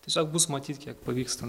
tiesiog bus matyt kiek pavyksta